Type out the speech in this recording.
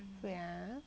wait ah